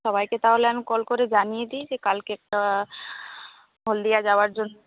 সবাইকে তাহলে আমি কল করে জানিয়ে দিই যে কালকে একটা হলদিয়া যাওয়ার জন্য